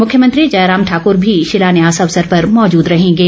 मुख्यमंत्री जयराम ठाकुर भी शिलान्यास अवसर पर मौजूद रहेंगे